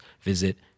visit